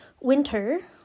winter